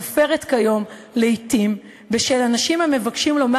מופרת כיום לעתים בשל אנשים המבקשים לומר